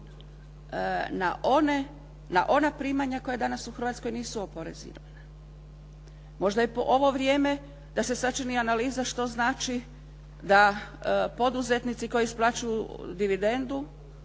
na ona primanja koja danas u Hrvatskoj nisu oporezivana. Možda je ovo vrijeme da se sačini analiza što znači da poduzetnici koji isplaćuju dividendu,